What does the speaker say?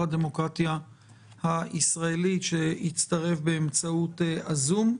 הדמוקרטיה הישראלית שיצטרף באמצעות הזום.